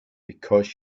because